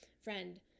friend